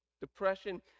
depression